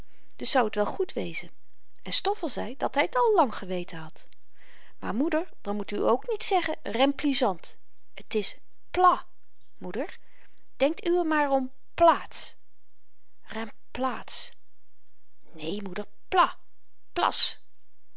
dus zou t wel goed wezen en stoffel zei dat hy t al lang geweten had maar moeder dan moet uwe ook niet zeggen remplizant t is pla moeder denkt uwe maar om plaats remplaats né moeder pla plas